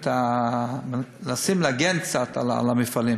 מנסים להגן קצת, המפעלים.